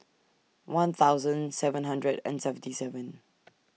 one thousand seven hundred and seventy seven